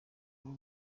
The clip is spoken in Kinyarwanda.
abo